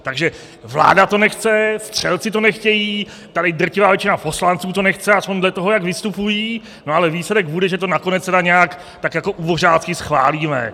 Takže vláda to nechce, střelci to nechtějí, tady drtivá většina poslanců to nechce, aspoň dle toho, jak vystupují, ale výsledek bude, že to nakonec tedy nějak tak jako ubožácky schválíme.